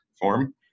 form